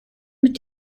mit